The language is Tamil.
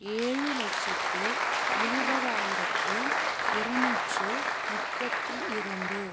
ஏழு லட்சத்து இருபதாயிரத்து இரநூற்று முப்பத்தி இரண்டு